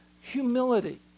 humility